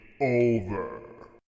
over